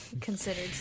considered